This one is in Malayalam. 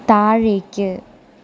താഴേക്ക്